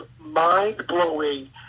mind-blowing